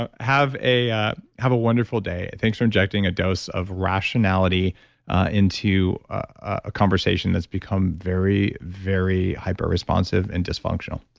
ah have a ah have a wonderful day. thanks for injecting a dose of rationality into a conversation that's become very very hyper responsive and dysfunctional.